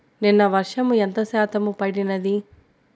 నిన్న వర్షము ఎంత శాతము పడినది?